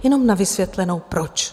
Jenom na vysvětlenou proč.